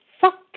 fuck